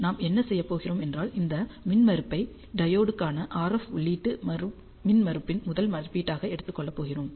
நாம் என்ன செய்யப் போகிறோம் என்றால் இந்த மின்மறுப்பை டையோடுக்கான RF உள்ளீட்டு மின்மறுப்பின் முதல் மதிப்பீடாக எடுத்துக்கொள்ள போகிறோம்